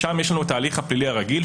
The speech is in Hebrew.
שגם יש לנו את ההליך הפלילי הרגיל,